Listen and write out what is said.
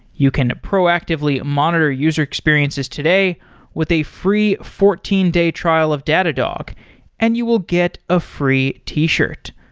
you can proactively monitor user experiences today with a free fourteen day trial of datadog and you will get a free t-shirt.